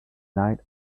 night